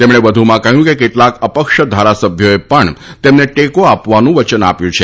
તેમણે વધુમાં કહ્યું કે કેટલાક અપક્ષ ધારાસભ્યોએ પણ તેમને ટેકો આપવાનું વચન આપ્યું છે